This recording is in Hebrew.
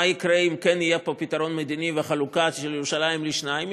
מה יקרה אם כן יהיה פה פתרון מדיני וחלוקה של ירושלים לשניים.